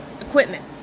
equipment